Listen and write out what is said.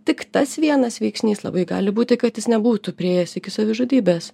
tik tas vienas veiksnys labai gali būti kad jis nebūtų priėjęs iki savižudybės